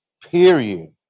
period